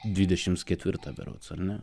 dvidešimt ketvirtą berods ar ne